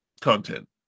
content